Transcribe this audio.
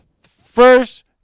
first